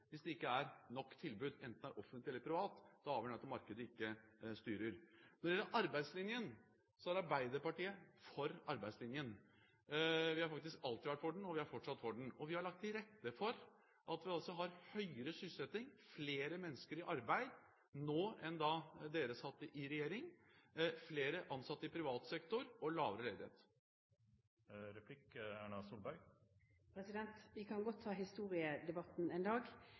hvis det ikke er nok tilbud, enten det er offentlig eller privat. Det avgjørende er at markedet ikke styrer. Når det gjelder arbeidslinjen, så er Arbeiderpartiet for arbeidslinjen. Vi har faktisk alltid vært for den, og vi er fortsatt for den. Vi har lagt til rette for at vi har høyere sysselsetting, flere mennesker i arbeid nå enn da Høyre satt i regjering, flere ansatte i privat sektor og lavere ledighet. Vi kan godt ta historiedebatten en dag,